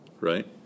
right